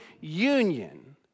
union